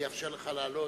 אני אאפשר לך לעלות.